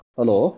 Hello